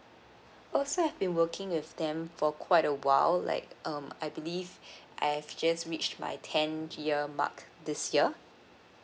oh so I've been working with them for quite a while like um I believe I've just reached my ten year mark this year